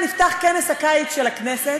נפתח כנס הקיץ של הכנסת,